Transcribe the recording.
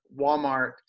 Walmart